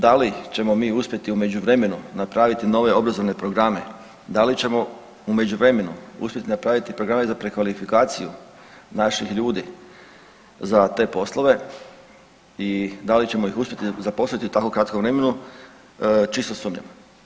Da li ćemo mi uspjeti u međuvremenu napraviti nove obrazovne programe, da li ćemo u međuvremenu uspjet napraviti programe za prekvalifikaciju naših ljudi za te poslove i da li ćemo ih uspjeti zaposliti u tako kratkom vremenu, čisto sumnjam.